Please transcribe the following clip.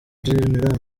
gen